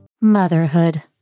Motherhood